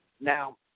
Now